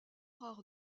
rare